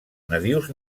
nadius